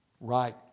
right